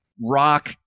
rock